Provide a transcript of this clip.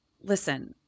listen